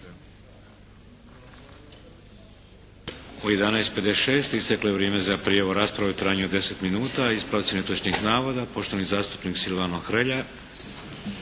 U 11:56 isteklo je vrijeme za prijavu za raspravu u trajanju od 10 minuta. Ispravci netočnih navoda. Poštovani zastupnik Silvano Hrelja.